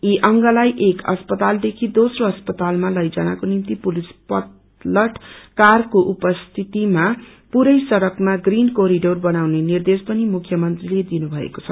यी अंगलाई एक अस्पतालदखि दोम्रो अस्पतालमा तैजानको निम्ति पुलिस पाथलट कारको उपस्थीतिमा पूरै सड़कामा ग्रीणी कोडिनर बनाउने निर्देश पनि मुख्यमन्त्रीले दिएको छ